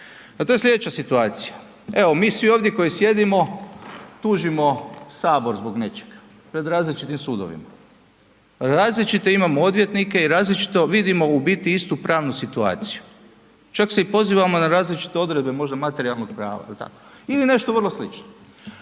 to je sljedeća situacija. Evo mi svi ovdje koji sjedimo tužimo sabor zbog nečega pred različitim sudovima, različite imamo odvjetnike i različito vidimo u biti istu pravnu situaciju, čak se i pozivamo na različite odredbe možda materijalnog prava jel tako ili nešto vrlo slično.